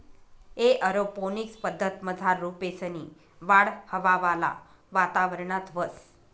aeroponics पद्धतमझार रोपेसनी वाढ हवावाला वातावरणात व्हस